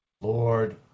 Lord